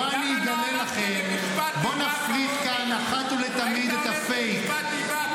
בואו אני אגיד לכם --- למה לא הלכת למשפט דיבה,